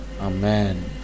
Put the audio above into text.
Amen